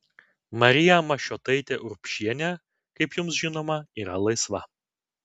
marija mašiotaitė urbšienė kaip jums žinoma yra laisva